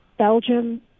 Belgium